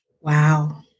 Wow